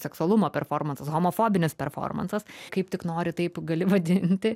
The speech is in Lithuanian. seksualumo performansas homofobinis performansas kaip tik nori taip gali vadinti